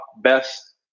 best